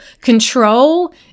control